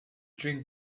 drink